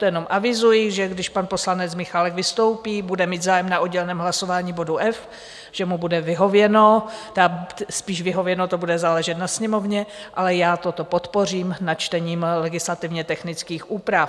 To jenom avizuji, že když pan poslanec Michálek vystoupí, bude mít zájem na odděleném hlasování bodu F, že mu bude vyhověno, tedy spíš vyhověno to bude záležet na Sněmovně, ale já toto podpořím načtením legislativně technických úprav.